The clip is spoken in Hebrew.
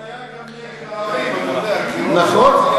זאת אפליה גם נגד הערבים, אתה יודע, נכון.